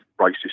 racist